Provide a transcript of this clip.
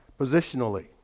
positionally